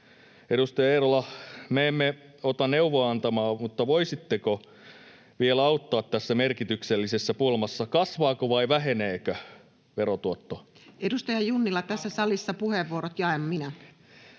Edustaja Eerola, me emme ota neuvoa-antavaa, mutta voisitteko vielä auttaa tässä merkityksellisessä pulmassa: kasvaako vai väheneekö verotuotto? [Puhemies: Edustaja Junnila, tässä salissa puheenvuorot jaan minä!]